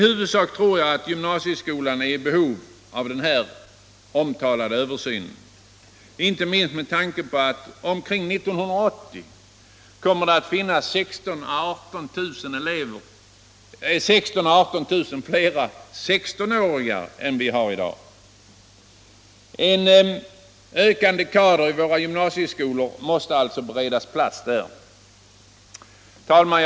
Jag tror att gymnasieskolan i huvudsak är i behov av den här omtalade översynen — inte minst med tanke på att omkring år 1980 kommer det att finnas 16 000-18 000 fler 16-åringar än i dag. En ökande kader måste alltså beredas plats i våra gymnasieskolor. Herr talman!